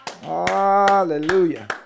Hallelujah